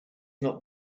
not